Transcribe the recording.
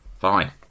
fine